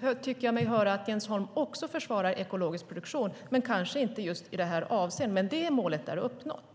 Jag tycker mig höra att han försvarar ekologisk produktion men kanske inte just i det här avseendet. Det målet är dock uppnått.